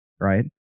right